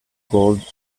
gold